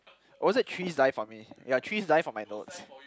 or was it trees die for me ya trees die for my notes